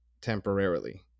temporarily